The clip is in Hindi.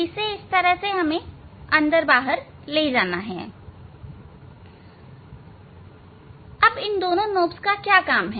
इसे इस तरह अंदर बाहर ले जाना इन दोनों नॉब का काम है